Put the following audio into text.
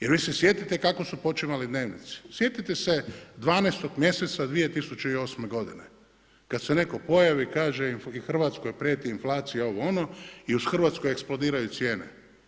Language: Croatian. Jer vi se sjetite kako su počimali dnevnici, sjetite se 12. mjeseca 2008. godine kad se netko pojavi kaže Hrvatskoj prijeti inflacija, ovo ono i uz Hrvatsku eksplodiraju cijene.